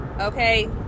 Okay